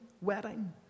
wedding